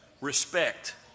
respect